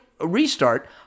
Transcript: restart